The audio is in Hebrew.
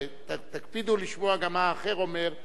שתקפידו לשמוע גם מה האחר אומר,